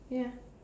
ya